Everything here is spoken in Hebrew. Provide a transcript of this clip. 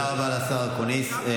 תודה רבה לשר אקוניס.